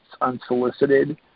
unsolicited